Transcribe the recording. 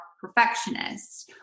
perfectionists